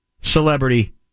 celebrity